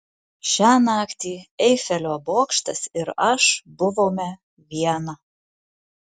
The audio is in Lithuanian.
šią naktį eifelio bokštas ir aš buvome viena